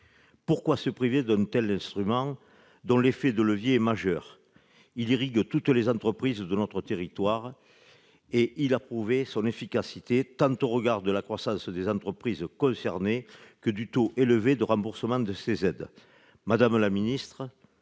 Pourquoi se priver d'un tel instrument dont l'effet de levier est majeur ? Il irrigue toutes les entreprises de notre territoire, et il a prouvé son efficacité, tant au regard de la croissance des entreprises concernées que du taux élevé de remboursement des aides. Madame la ministre,